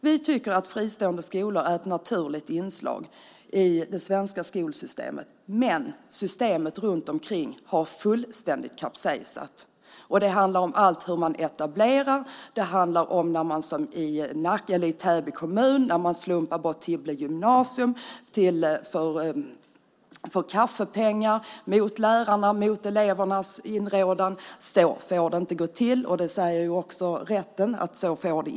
Vi tycker att fristående skolor är ett naturligt inslag i det svenska skolsystemet, men systemet kring dem har kapsejsat fullständigt. Det handlar om hur man etablerar skolorna. Det handlar om att man i Täby kommun slumpade bort Tibble gymnasium för kaffepengar, mot lärarnas och elevernas inrådan. Så får det inte gå till, och det säger också rätten.